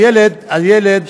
הילד,